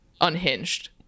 unhinged